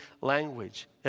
language